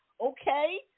okay